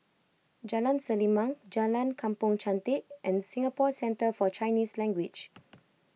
Jalan Selimang Jalan Kampong Chantek and Singapore Centre for Chinese Language